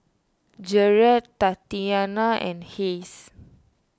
Jarret Tatiana and Hayes